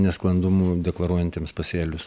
nesklandumų deklaruojantiems pasėlius